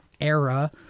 era